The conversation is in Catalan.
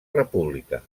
república